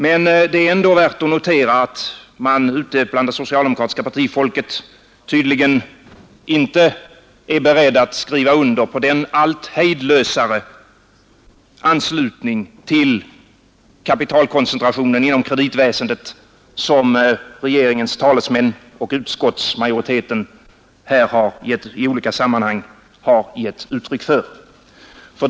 Men det är ändå värt att notera att man bland det socialdemokratiska partifolket tydligen inte är beredd att skriva under på den allt hejdlösare anslutning till kapitalkoncentrationen inom kreditväsendet som regeringens talesmän och utskottsmajoriteten i olika sammanhang givit uttryck för.